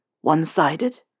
One-sided